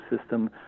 system